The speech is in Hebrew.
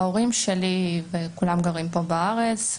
ההורים שלי וכולם גרים פה בארץ,